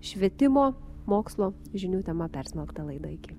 švietimo mokslo žinių tema persmelktą laidą iki